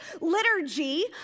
liturgy